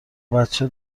بچه